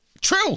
True